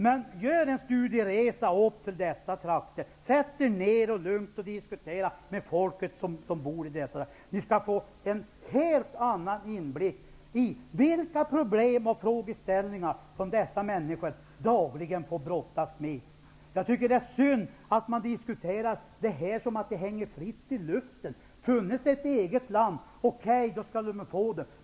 Men gör en studieresa till dessa trakter! Sätt er ned och diskutera med folket som bor där! Då kommer ni att få en helt annan inblick i vilka problem och frågeställningar som dessa människor dagligen får brottas med. Jag tycker att det är synd att man diskuterar denna fråga som om den hängde fritt i luften. Om det funnes ett eget land skulle de få det.